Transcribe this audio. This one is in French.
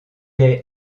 est